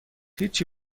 هیچی